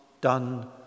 done